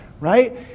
right